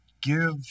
give